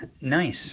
Nice